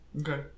Okay